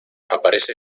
aparece